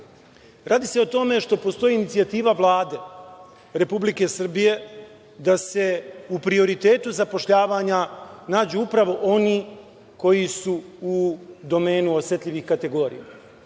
Radi se o tome što postoji inicijativa Vlade Republike Srbije da se u prioritetu zapošljavanja nađu upravo oni koji su u domenu osetljivih kategorija,